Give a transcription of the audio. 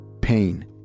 pain